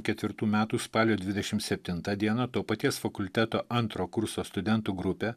ketvirtų metų spalio dvidešim septintą dieną to paties fakulteto antro kurso studentų grupė